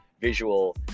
visual